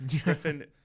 Griffin